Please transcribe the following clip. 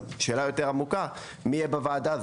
שאלה יותר עמוקה, מי יהיה בוועדה הזאת,